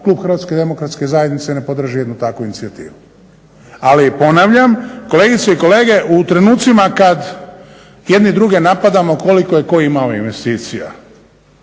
klub HDZ-a ne podrži jednu takvu inicijativu. Ali ponavljam, kolegice i kolege u trenucima kad jedni druge napadamo koliko je tko imao investicija